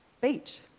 beach